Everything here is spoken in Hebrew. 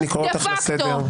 -- אני קורא אותך לסדר.